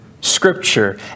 Scripture